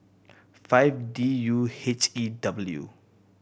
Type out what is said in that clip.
five D U H E W